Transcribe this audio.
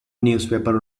newspaper